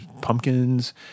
pumpkins